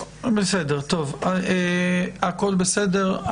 הכול בסדר.